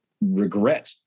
regret